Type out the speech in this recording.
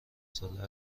ساله